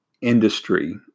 industry